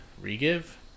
re-give